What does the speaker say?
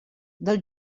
del